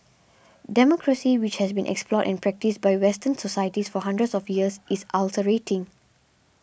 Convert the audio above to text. democracy which has been explored and practised by western societies for hundreds of years is ulcerating